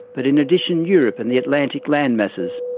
but in addition europe and the atlantic landmasses.